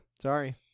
Sorry